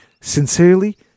Sincerely